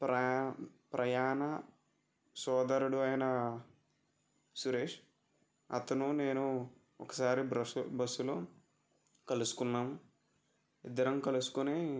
ప్రయా ప్రయాణ సోదరుడు అయినా సురేష్ అతను నేను ఒకసారి బ్రస్సు బస్సులో కలుసుకున్నాం ఇద్దరం కలుసుకొని